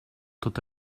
tot